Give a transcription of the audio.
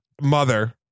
mother